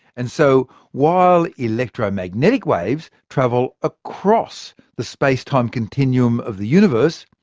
and so while electromagnetic waves travel across the space-time continuum of the universe,